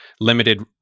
limited